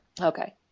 Okay